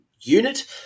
unit